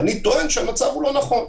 ואני טוען שזה לא נכון.